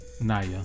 Naya